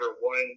one